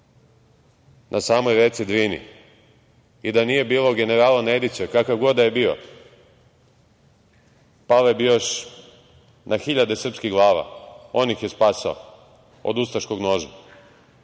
na samoj reci Drini? Da nije bilo generala Nedića, kakav god da je bio, pale bi još na hiljade srpskih glava. On ih je spasao od ustaškog noža. Da